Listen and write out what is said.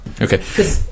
Okay